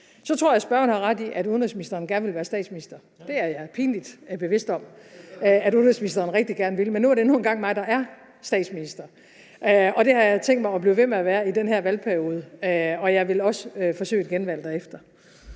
Så tror jeg, at spørgeren har ret i, at udenrigsministeren gerne vil være statsminister. Det er jeg pinligt bevidst om at udenrigsministeren rigtig gerne vil, men nu er det nu engang mig, der er statsminister, og det har jeg tænkt mig at blive ved med at være i den her valgperiode, og jeg vil også forsøge at blive genvalgt derefter.